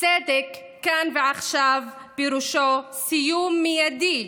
"צדק כאן ועכשיו" פירושו סיום מיידי